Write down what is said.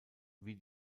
wie